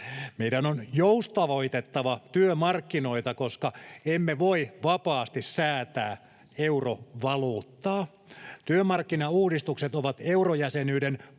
Meidän on joustavoitettava työmarkkinoita, koska emme voi vapaasti säätää eurovaluuttaa. Työmarkkinauudistukset ovat eurojäsenyyden